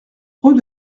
rue